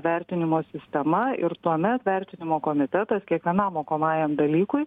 vertinimo sistema ir tuomet vertinimo komitetas kiekvienam mokomajam dalykui